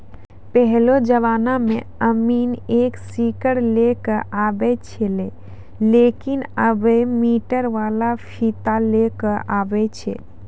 पहेलो जमाना मॅ अमीन एक सीकड़ लै क आबै छेलै लेकिन आबॅ मीटर वाला फीता लै कॅ आबै छै